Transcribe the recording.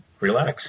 relax